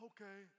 Okay